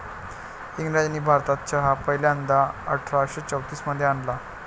इंग्रजांनी भारतात चहा पहिल्यांदा अठरा शे चौतीस मध्ये आणला